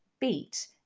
beat